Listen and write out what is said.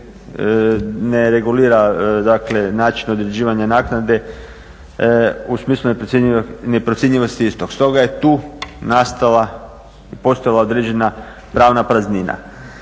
ne regulira način određivanja naknade u smislu neprocjenjivosti istog. Stoga je tu nastala i postojala određena pravna praznina.